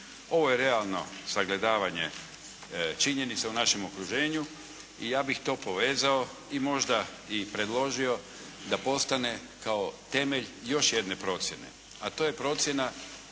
Ovo je realno sagledavanje činjenica u našem okruženju i ja bih to povezao i možda i predložio da postane kao temelj još jedne procjene a to je procjena